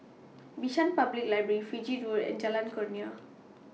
Bishan Public Library Fiji Road and Jalan Kurnia